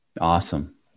Awesome